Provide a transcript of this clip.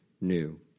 new